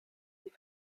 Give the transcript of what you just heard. sie